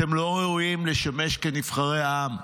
אתם לא ראויים לשמש כנבחרי העם.